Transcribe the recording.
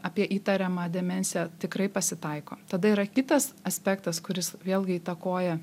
apie įtariamą demenciją tikrai pasitaiko tada yra kitas aspektas kuris vėlgi įtakoja